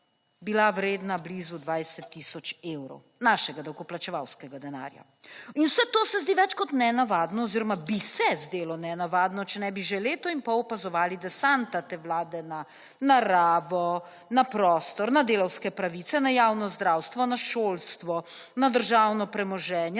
bila vredna blizu 20 tisoč evrov našega davkoplačevalskega denarja in vse to se zdi več kot nenavadno oziroma bi se zdelo nenavadno, če ne bi že leto in pol opazovali, da santa te vlade na naravo, na prostor, na delavske pravice, na javno zdravstvo, na šolstvo, na državno premoženje,